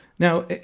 Now